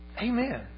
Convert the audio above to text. Amen